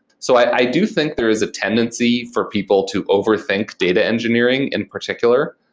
so i do think there is a tendency for people to overthink data engineering in particular,